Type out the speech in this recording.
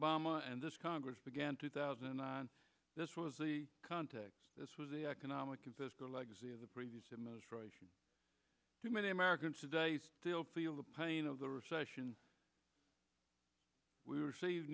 obama and this congress began two thousand and nine this was the context this was the economic and fiscal legacy of the previous administration too many americans today still feel the pain of the recession we receive